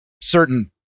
certain